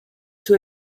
sur